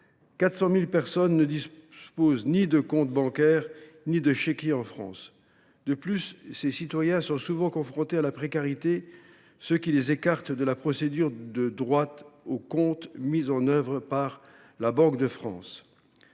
400 000 personnes ne disposent ni d’un compte bancaire ni d’un chéquier en France. De plus, ces citoyens sont souvent confrontés à la précarité, ce qui les écarte de la procédure de droit au compte mise en œuvre par la Banque de France.